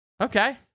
Okay